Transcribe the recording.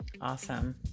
Awesome